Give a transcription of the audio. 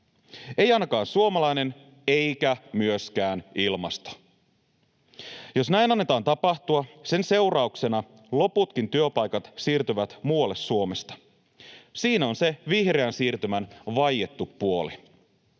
Ei ainakaan suomalainen eikä myöskään ilmasto. Jos näin annetaan tapahtua, sen seurauksena loputkin työpaikat siirtyvät Suomesta muualle. Siinä on se vihreän siirtymän vaiettu puoli.